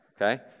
okay